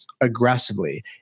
aggressively